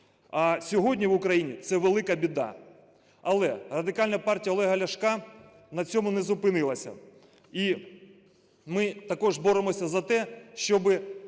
Сьогодні в Україні це велика біда. Але Радикальна партія Олега Ляшка на цьому не зупинилася, і ми також боремося за те, щоби